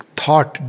thought